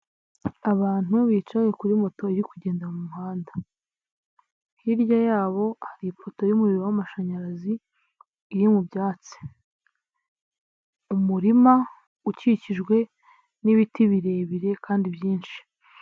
Abantu bicaye kuri moto iri kugenda mu muhanda, hirya yabo hari ipoto y'umuriro w'amashanyarazi iri mu byatsi, umurima ukikijwe n'ibiti birebire kandi byinshi.